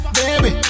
baby